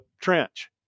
trench